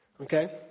Okay